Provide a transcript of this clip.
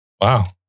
Wow